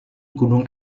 gunung